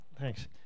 thanks